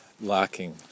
lacking